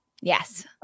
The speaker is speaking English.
Yes